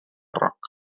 rock